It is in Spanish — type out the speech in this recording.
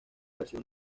versión